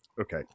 okay